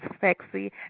Sexy